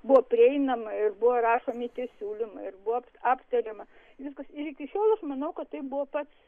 buvo prieinama ir buvo rašomi tie siūlymai ir buvo aptariama viskas ir iki šiol aš manau kad tai buvo pats